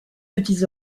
petits